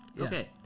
Okay